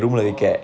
oh